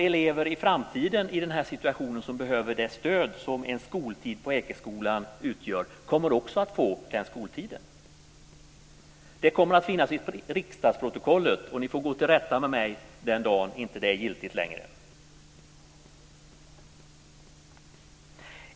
Elever i framtiden i den här situationen som behöver det stöd som en skoltid på Ekeskolan utgör kommer också att få den skoltiden. Det kommer att finnas i riksdagsprotokollet. Ni får gå till rätta med mig den dagen det inte är giltigt längre.